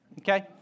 okay